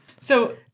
So-